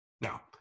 Now